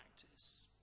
practice